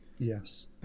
yes